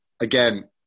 Again